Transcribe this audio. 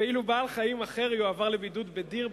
ואילו בעל-חיים אחר יועבר לבידוד בדיר,